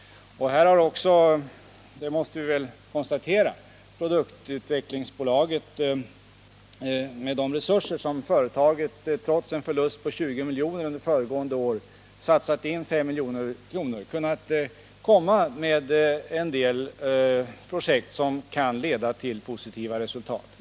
Vi kan konstatera att produktutvecklingsbolaget, trots förlusten på 20 milj.kr. föregående år, nu har satsat 5 milj.kr. och har kommit med en del projekt som kan leda till positiva resultat.